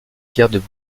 cimetière